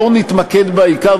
בואו נתמקד בעיקר,